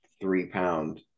three-pound